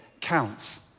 counts